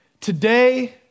Today